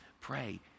pray